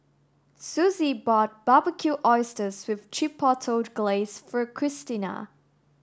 Susie bought Barbecued Oysters with Chipotle Glaze for Christina